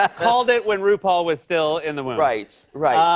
ah called it when rupaul was still in the womb. right, right.